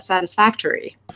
Satisfactory